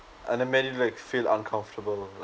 and it made you like feel uncomfortable like